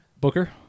Booker